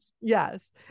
yes